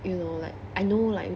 you know like I know like